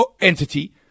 entity